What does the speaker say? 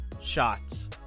shots